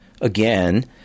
again